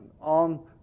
on